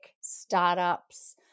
startups